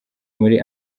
muri